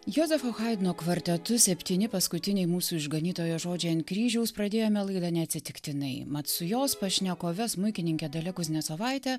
jozefo haidno kvartetu septyni paskutiniai mūsų išganytojo žodžiai ant kryžiaus pradėjome laidą neatsitiktinai mat su jos pašnekove smuikininke dalia kuznecovaite